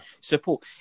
Support